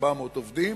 1,400 עובדים